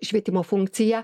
švietimo funkciją